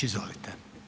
Izvolite.